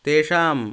तेषां